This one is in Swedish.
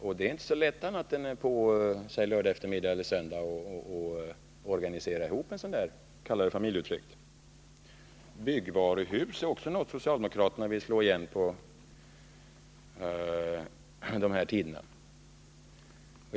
Men det är inte så lätt att organisera en sådan ”familjeutflykt” annat än på lördagseftermiddagar eller söndagar. Även byggvaruhusen vill socialdemokraterna slå igen på lördagseftermiddagar och söndagar.